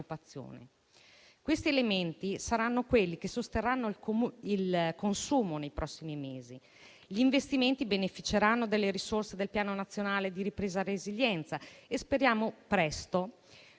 Questi elementi sono quelli che sosterranno il consumo nei prossimi mesi. Gli investimenti beneficeranno delle risorse del Piano nazionale di ripresa e resilienza e speriamo presto